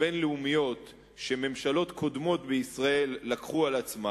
בין-לאומיות שממשלות קודמות בישראל לקחו על עצמן,